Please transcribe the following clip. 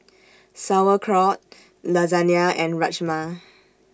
Sauerkraut Lasagna and Rajma